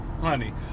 Honey